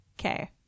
Okay